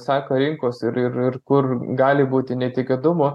sako rinkos ir ir ir kur gali būti netikėtumų